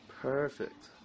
Perfect